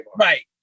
Right